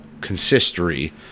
Consistory